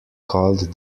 called